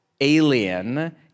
alien